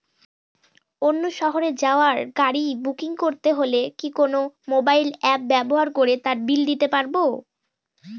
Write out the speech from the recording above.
অন্য শহরে যাওয়ার গাড়ী বুকিং করতে হলে কি কোনো মোবাইল অ্যাপ ব্যবহার করে তার বিল দিতে পারব?